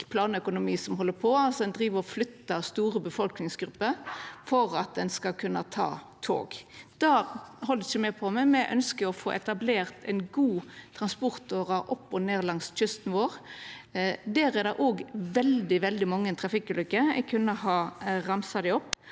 planøkonomi som held på – ein driv og flyttar store befolkningsgrupper for at ein skal kunna ta tog. Det held ikkje me på med, me ønskjer å få etablert ei god transportåre opp og ned langs kysten vår. Der er det òg veldig mange trafikkulukker – eg kunne ha ramsa dei opp.